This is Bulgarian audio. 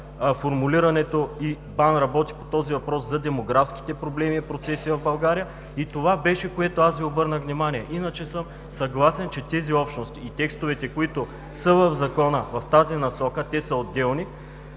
Това беше, на което Ви обърнах внимание, иначе съм съгласен, че тези общности и текстовете, които са в Закона, в тази насока, те са отделни